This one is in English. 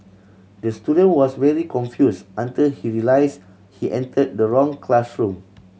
the student was very confuse until he realise he enter the wrong classroom